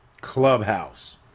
clubhouse